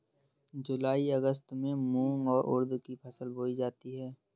जूलाई अगस्त में मूंग और उर्द की फसल बोई जाती है